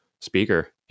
speaker